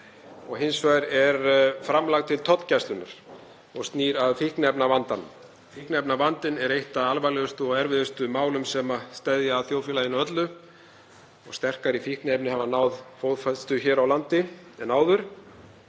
Hins vegar framlag til tollgæslunnar og snýr að fíkniefnavandanum. Fíkniefnavandinn er eitt af alvarlegustu og erfiðustu málum sem steðja að þjóðfélaginu öllu. Sterkari fíkniefni hafa náð fótfestu hér á landi en áður